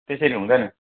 त्यसरी हुँदैन